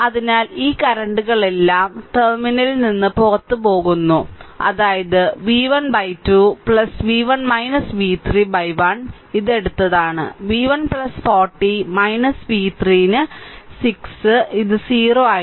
അതിനാൽ ഈ കറന്റുകളെലാം ഈ കറന്റും ടെർമിനലിൽ നിന്ന് പുറത്തുപോകുന്ന ഈ കറന്റും അതായത് v1 2 v1 v3 1 ഇത് എടുത്തതാണ് v1 40 v3 ന് 6 ന് ഇത് 0